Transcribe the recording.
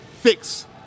fix